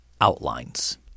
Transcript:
outlines